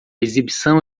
exibição